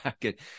Good